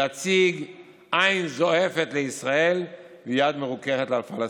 להציג עין זועפת לישראל ויד מרוככת לפלסטינים.